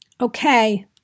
Okay